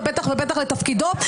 ובטח ובטח לתפקידו.